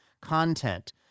content